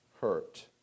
hurt